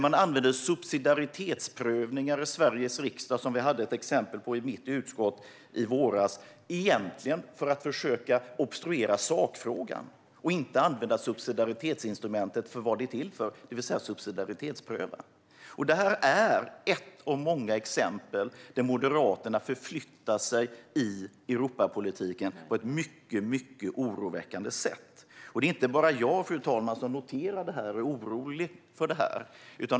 Man använder subsidiaritetsinstrumentet i Sveriges riksdag för att försöka obstruera i sakfrågan - vi hade ett exempel på det i mitt utskott i våras - och inte för att subsidiaritetspröva, som det är till för. Detta är ett av många exempel på att Moderaterna förflyttar sig i Europapolitiken på ett mycket oroväckande sätt. Det är inte bara jag, fru talman, som noterar detta och är orolig.